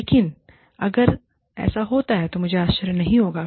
लेकिन अगर ऐसा होता है तुम मुझे आश्चर्य नहीं होगा